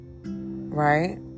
Right